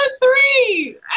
three